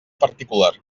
particular